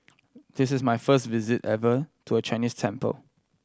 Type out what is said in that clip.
this is my first visit ever to a Chinese temple